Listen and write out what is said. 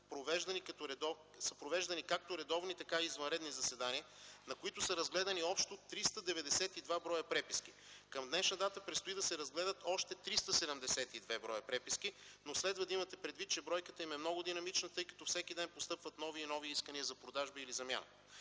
са провеждани както редовни, така и извънредни заседания, на които са разгледани общо 392 бр. преписки. Към днешна дата предстои да се разгледат още 372 бр. преписки, но следва да имате предвид, че бройката им е много динамична, тъй като всеки ден постъпват нови и нови искания за продажба или замяна.